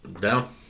Down